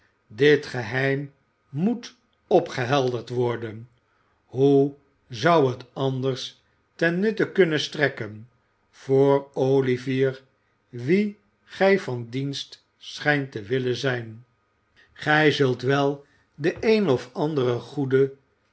dit geheim moet opgehelderd worden hoe zou het anders ten nutte kunnen strekken voor olivier wien gij van dienst schijnt te willen zijn gij zult wel den een of anderen goeden